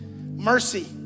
mercy